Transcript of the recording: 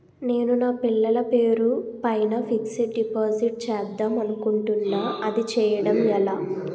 నేను నా పిల్లల పేరు పైన ఫిక్సడ్ డిపాజిట్ చేద్దాం అనుకుంటున్నా అది చేయడం ఎలా?